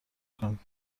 کنید